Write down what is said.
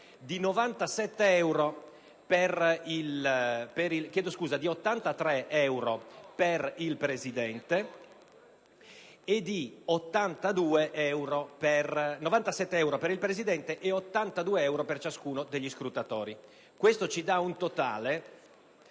di 97 euro per il presidente e di 82 euro per ciascuno degli scrutatori. Avremo quindi un totale